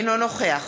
אינו נוכח